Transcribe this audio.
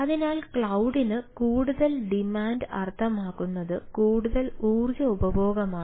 അതിനാൽ ക്ലൌഡിന് കൂടുതൽ ഡിമാൻഡ് അർത്ഥമാക്കുന്നത് കൂടുതൽ ഊർജ്ജ ഉപഭോഗമാണ്